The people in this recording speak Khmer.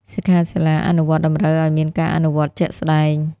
សិក្ខាសាលាអនុវត្តន៍តម្រូវឲ្យមានការអនុវត្តជាក់ស្ដែង។